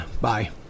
Bye